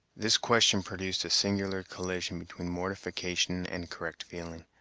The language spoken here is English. this question produced a singular collision between mortification and correct feeling,